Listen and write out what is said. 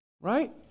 Right